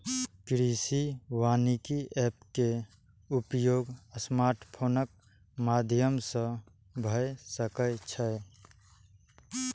कृषि वानिकी एप के उपयोग स्मार्टफोनक माध्यम सं भए सकै छै